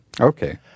Okay